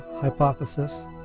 hypothesis